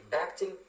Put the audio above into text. acting